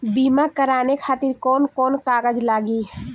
बीमा कराने खातिर कौन कौन कागज लागी?